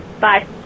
Bye